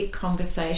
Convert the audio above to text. conversation